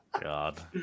God